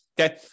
Okay